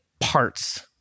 parts